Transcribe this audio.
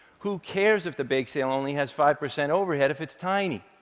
who cares if the bake sale only has five percent overhead if it's tiny?